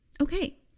Okay